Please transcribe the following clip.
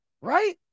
right